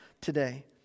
today